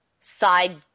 side